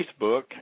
Facebook